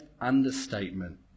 understatement